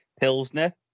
pilsner